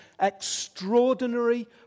extraordinary